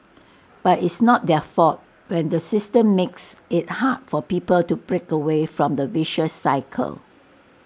but it's not their fault when the system makes IT hard for people to break away from the vicious cycle